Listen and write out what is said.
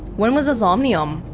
when was the somnium?